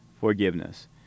forgiveness